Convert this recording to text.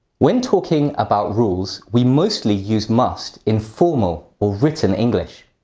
when talking about rules, we mostly use must in formal or written english.